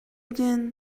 диэн